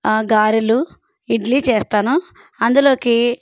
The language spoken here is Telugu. గారెలు ఇడ్లీ చేస్తాను అందులోకి